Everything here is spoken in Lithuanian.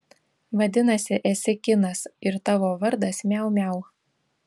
vadinasi esi kinas ir tavo vardas miau miau